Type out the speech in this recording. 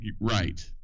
Right